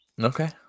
Okay